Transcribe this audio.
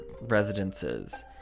residences